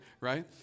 Right